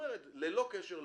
שבלי קשר לאכיפה,